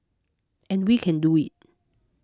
and we can do it